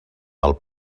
del